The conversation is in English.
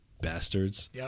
Bastards